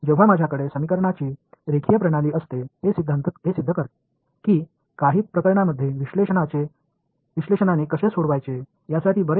எனவே என்னிடம் சமன்பாடுகளின் லீனியர் அமைப்பு இருக்கும்போது சில சந்தர்ப்பங்களில் பகுப்பாய்வு ரீதியாக இவற்றை எவ்வாறு தீர்ப்பது என்பதற்காக